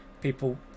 people